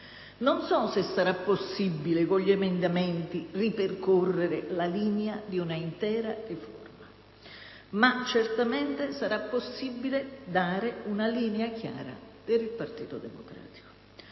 Non so se sarà possibile con gli emendamenti ripercorrere la linea di un'intera riforma, ma certamente sarà possibile dare una linea chiara per il Partito Democratico.